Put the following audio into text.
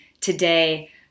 today